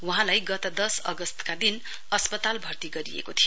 वहाँलाई गत दस अगस्तका दिन अस्पताल भर्ती गरिएको थियो